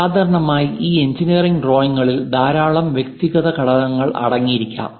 സാധാരണയായി ഈ എഞ്ചിനീയറിംഗ് ഡ്രോയിംഗുകളിൽ ധാരാളം വ്യക്തിഗത ഘടകങ്ങൾ അടങ്ങിയിരിക്കാം